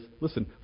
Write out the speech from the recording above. listen